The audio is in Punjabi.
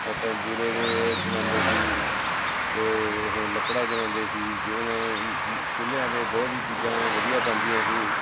ਆਪਾਂ ਬੂਰੇ ਦੇ ਉਹ ਚਲਾਉਂਦੇ ਸੀ ਉਹ ਲੱਕੜਾਂ ਜਲਾਉਂਦੇ ਸੀ ਜਿਹਦੇ ਨਾਲ ਚੁੱਲ੍ਹਿਆਂ 'ਤੇ ਬਹੁਤ ਹੀ ਚੀਜ਼ਾਂ ਵਧੀਆ ਬਣਦੀਆਂ ਸੀ